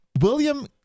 William